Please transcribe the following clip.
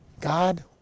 God